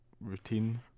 routine